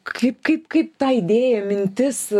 kaip kaip kaip ta idėja mintis